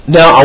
Now